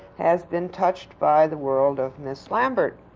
has been touched by the world of ms lambert